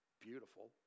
beautiful